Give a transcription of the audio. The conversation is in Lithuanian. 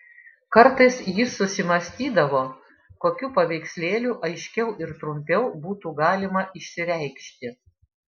kartais jis susimąstydavo kokiu paveikslėliu aiškiau ir trumpiau būtų galima išsireikšti